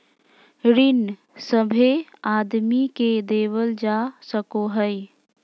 ऋण सभे आदमी के देवल जा सको हय